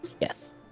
Yes